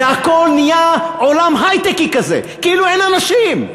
זה הכול נהיה עולם היי-טקי כזה, כאילו אין אנשים.